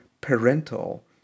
parental